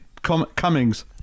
Cummings